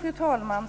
Fru talman!